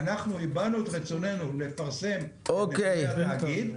אנחנו הבענו את רצוננו לפרסם את נתוני התאגיד,